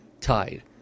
tied